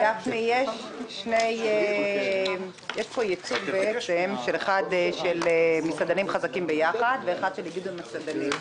יש פה ייצוג של "מסעדנים חזקים ביחד" ושל איגוד המסעדות.